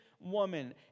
woman